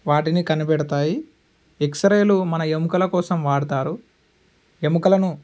వాటిని కనిపెడతాయి ఎక్సరేలు మన ఎముకల కోసం వాడతారు ఎముకలను